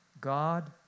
God